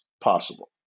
possible